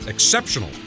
exceptional